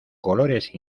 colores